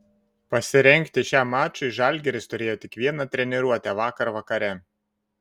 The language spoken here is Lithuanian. pasirengti šiam mačui žalgiris turėjo tik vieną treniruotę vakar vakare